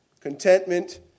Contentment